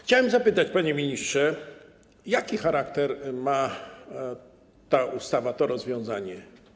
Chciałem zapytać, panie ministrze, jaki charakter ma ta ustawa, to rozwiązanie?